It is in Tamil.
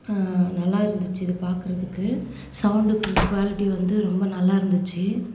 நல்லா இருந்துச்சு இது பார்க்குறதுக்கு சௌண்ட் குவாலிட்டி வந்து ரொம்ப நல்லாயிருந்துச்சு